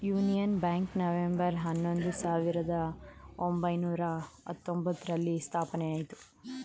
union Bank November ಹನ್ನೊಂದು, ಸಾವಿರದ ಒಂಬೈನೂರ ಹತ್ತೊಂಬ್ತರಲ್ಲಿ ಸ್ಥಾಪನೆಯಾಯಿತು